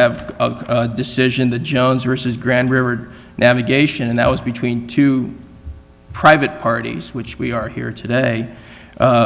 have a decision the jones versus grande river navigation and that was between two private parties which we are here today